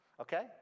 Okay